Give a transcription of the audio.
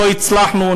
לא הצלחנו,